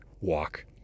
walk